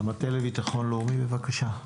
המטה לביטחון לאומי, בבקשה.